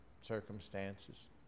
circumstances